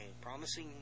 promising